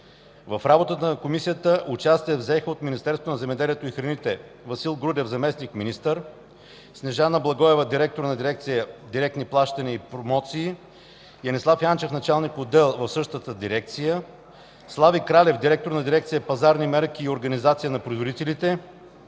В работата на комисията участие взеха: от Министерството на земеделието и храните – Васил Грудев, заместник-министър; Снежана Благоева – директор на дирекция „Директни плащания и промоции”; Янислав Янчев – началник на отдел в същата дирекция; Слави Кралев – директор на дирекция „Пазарни мерки и организации на производителите”,